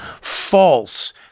false